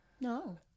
No